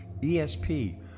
ESP